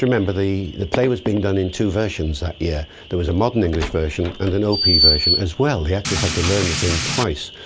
remember the the play was being done in two versions that year. there was a modern english version and an op version as well. the actors had to learn the thing twice,